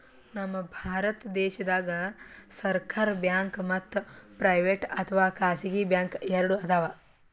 ನಮ್ ಭಾರತ ದೇಶದಾಗ್ ಸರ್ಕಾರ್ ಬ್ಯಾಂಕ್ ಮತ್ತ್ ಪ್ರೈವೇಟ್ ಅಥವಾ ಖಾಸಗಿ ಬ್ಯಾಂಕ್ ಎರಡು ಅದಾವ್